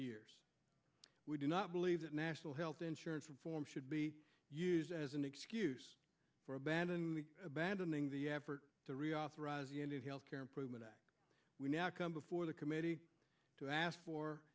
years we do not believe that national health insurance reform should be used as an excuse for abandon abandoning the effort to reauthorize the health care improvement act we now come before the committee to ask for